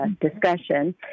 discussion